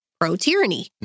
pro-tyranny